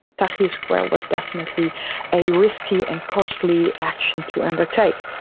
tahrir square was definitely a risky and costly action to undertake.